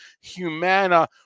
Humana